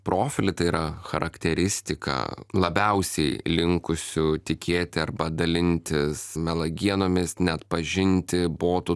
profilį tai yra charakteristiką labiausiai linkusių tikėti arba dalintis melagienomis neatpažinti botų